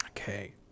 Okay